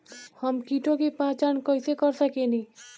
हम कीटों की पहचान कईसे कर सकेनी?